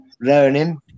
learning